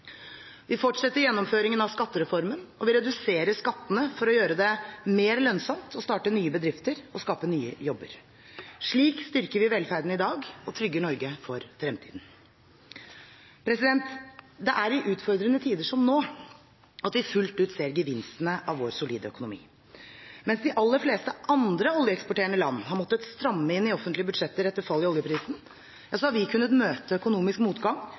Vi fortsetter gjennomføringen av skattereformen, og vi reduserer skattene for å gjøre det mer lønnsomt å starte nye bedrifter og skape nye jobber. Slik styrker vi velferden i dag og trygger Norge for fremtiden. Det er i utfordrende tider som nå at vi fullt ut ser gevinstene av vår solide økonomi. Mens de aller fleste andre oljeeksporterende land har måttet stramme inn i offentlige budsjetter etter fallet i oljeprisen, har vi kunnet møte økonomisk motgang